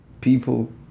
people